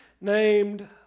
named